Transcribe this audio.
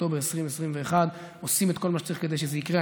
באוקטובר 2021. עושים את כל מה שצריך כדי שזה יקרה.